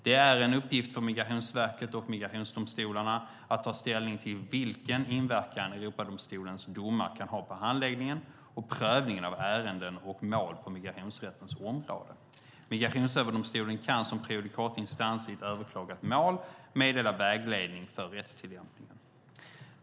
Det är en uppgift för Migrationsverket och migrationsdomstolarna att ta ställning till vilken inverkan Europadomstolens domar kan ha på handläggningen och prövningen av ärenden och mål på migrationsrättens område. Migrationsöverdomstolen kan som prejudikatsinstans i ett överklagat mål meddela vägledning för rättstillämpningen.